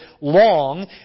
long